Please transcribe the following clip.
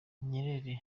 nyerere